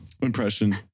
impression